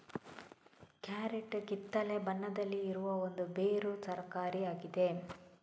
carrot ಕಿತ್ತಳೆ ಬಣ್ಣದಲ್ಲಿ ಇರುವ ಒಂದು ಬೇರು ತರಕಾರಿ ಆಗಿದೆ